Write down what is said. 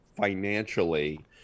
financially